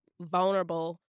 vulnerable